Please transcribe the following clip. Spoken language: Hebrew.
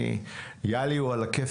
יאלי הוא מצוין